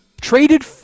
traded